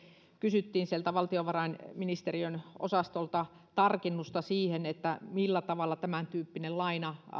kysyttiin sieltä valtiovarainministeriön osastolta tarkennusta siihen millä tavalla tämäntyyppinen laina